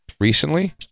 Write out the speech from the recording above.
recently